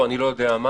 לא יודע מה